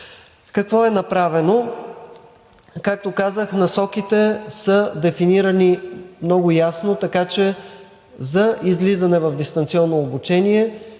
Какво е направено? Както казах, насоките са дефинирани много ясно, така че за излизане в дистанционно обучение